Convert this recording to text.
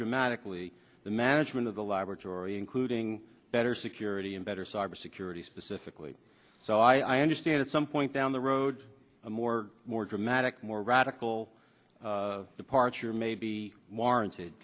dramatically the management of the laboratory including better security and better cyber security specifically so i understand at some point down the road a more more dramatic more radical departure may be warranted